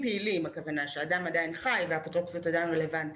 כשאדם עדיין חי והאפוטרופסות עדיין רלוונטית.